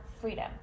freedom